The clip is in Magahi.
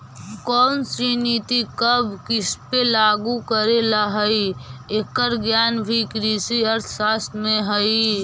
कौनसी नीति कब किसपे लागू करे ला हई, एकर ज्ञान भी कृषि अर्थशास्त्र में हई